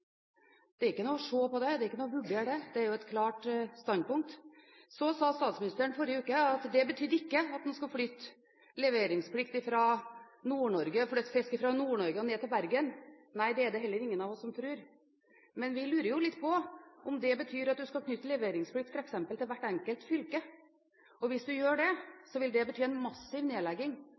Det er ikke noe å se på, det er ikke noe å vurdere – det er et klart standpunkt. Så sa statsministeren i forrige uke at det betydde ikke at en skal flytte fisk fra Nord-Norge og ned til Bergen. Nei, det er det heller ingen av oss som tror. Men vi lurer jo litt på om det betyr at en skal knytte leveringsplikt f.eks. til hvert enkelt fylke, og hvis en gjør det, vil det bety en massiv nedlegging